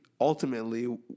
ultimately